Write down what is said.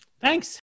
Thanks